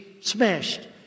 Smashed